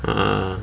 uh